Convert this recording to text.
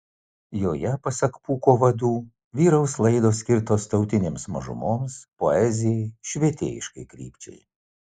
joje pasak pūko vadų vyraus laidos skirtos tautinėms mažumoms poezijai švietėjiškai krypčiai